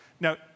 Now